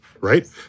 right